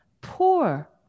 poor